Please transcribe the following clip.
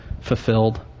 fulfilled